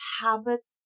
habit